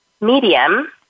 Medium